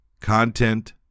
Content